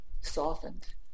softened